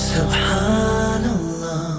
Subhanallah